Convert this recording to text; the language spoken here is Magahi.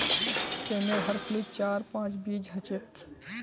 सेमेर हर फलीत चार पांच बीज ह छेक